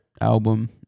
album